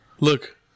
Look